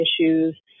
issues